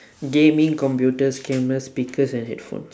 gaming computers cameras speakers and headphones